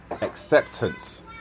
acceptance